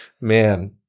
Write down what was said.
man